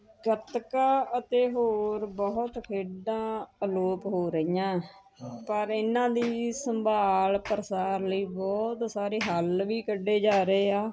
ਗਤਕਾ ਅਤੇ ਹੋਰ ਬਹੁਤ ਖੇਡਾਂ ਅਲੋਪ ਹੋ ਰਹੀਆਂ ਪਰ ਇਹਨਾਂ ਦੀ ਸੰਭਾਲ ਪ੍ਰਸਾਰ ਲਈ ਬਹੁਤ ਸਾਰੇ ਹੱਲ ਵੀ ਕੱਢੇ ਜਾ ਰਹੇ ਆ